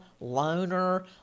loner